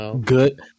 good